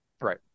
right